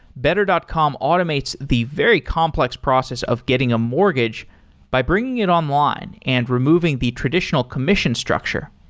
better dot com automates the very complex process of getting a mortgage by bringing it online and removing the traditional commission structure,